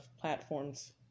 platforms